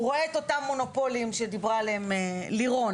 הוא רואה את אותם מונופולים שדיברה עליהם לינור,